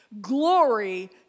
glory